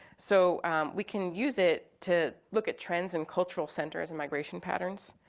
so we can use it to look at trends in cultural centers and migration patterns.